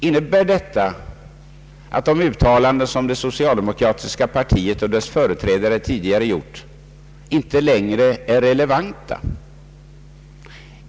Innebär detta att de uttalanden som det socialdemokratiska partiet och dess företrädare tidigare gjort inte längre är relevanta?